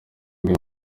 umwe